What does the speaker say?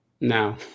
now